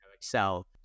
Excel